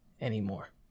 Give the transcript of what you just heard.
anymore